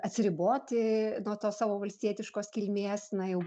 atsiriboti nuo to savo valstietiškos kilmės na jau